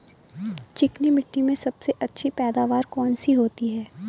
चिकनी मिट्टी में सबसे अच्छी पैदावार कौन सी होती हैं?